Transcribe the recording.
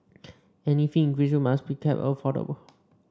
any fee increase must be kept affordable